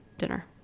dinner